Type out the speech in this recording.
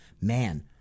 Man